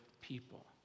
people